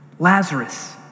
Lazarus